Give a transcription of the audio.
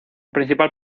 principal